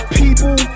people